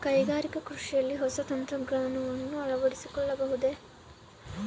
ಕೈಗಾರಿಕಾ ಕೃಷಿಯಲ್ಲಿ ಹೊಸ ತಂತ್ರಜ್ಞಾನವನ್ನ ಅಳವಡಿಸಿಕೊಳ್ಳಬಹುದೇ?